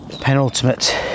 penultimate